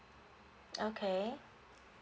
okay